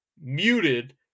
muted